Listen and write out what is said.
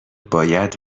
باید